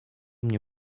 mnie